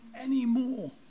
anymore